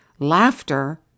Laughter